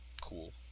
Cool